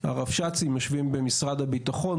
הרבש"צים יושבים במשרד הביטחון,